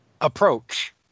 approach